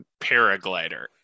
Paraglider